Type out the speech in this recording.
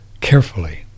carefully